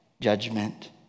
judgment